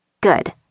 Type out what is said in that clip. Good